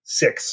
six